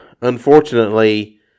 unfortunately